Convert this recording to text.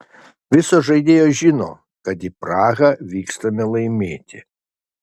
visos žaidėjos žino kad į prahą vykstame laimėti